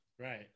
Right